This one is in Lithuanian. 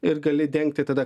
ir gali dengti tada